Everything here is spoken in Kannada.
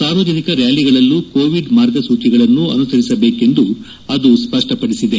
ಸಾರ್ವಜನಿಕ ರ್ಯಾಲಿಗಳಲ್ಲೂ ಕೋವಿಡ್ ಮಾರ್ಗಸೂಚಿಗಳನ್ನು ಅನುಸರಿಸಬೇಕೆಂದು ಅದು ಸ್ಪಷ್ಲಪಡಿಸಿದೆ